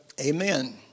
Amen